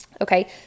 Okay